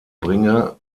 bringe